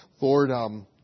Lord